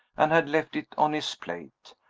and had left it on his plate.